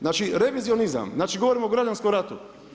Znači revizionizam, znači govorim o građanskom ratu.